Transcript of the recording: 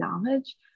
knowledge